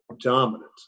dominant